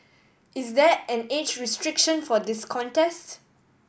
is there an age restriction for this contests